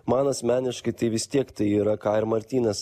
man asmeniškai tai vis tiek tai yra ką ir martynas